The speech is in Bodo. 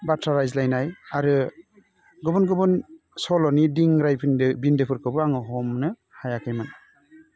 बाथ्रा रायज्लायनाय आरो गुबुन गुबुन सल'नि दिंरायफिन्दो बिन्दोफोरखौबो आङो हमनो हायाखैमोन